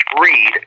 read